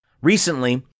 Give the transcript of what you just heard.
Recently